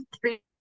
three